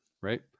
Right